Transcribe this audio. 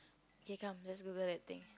K come let's Google and think